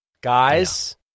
Guys